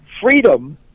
freedom